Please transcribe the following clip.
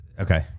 Okay